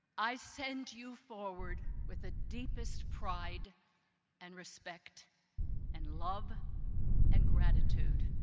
i send you forward with the deepest pride and respect and love and gratitude.